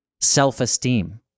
self-esteem